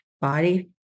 body